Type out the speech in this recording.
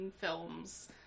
films